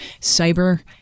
cyber